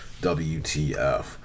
WTF